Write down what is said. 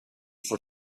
for